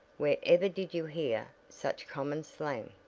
where ever did you hear such common slang!